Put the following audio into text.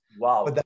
Wow